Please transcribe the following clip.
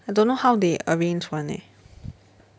I don't know how they arrange [one] eh